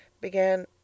began